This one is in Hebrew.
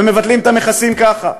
ומבטלים את המכסים ככה,